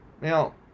Now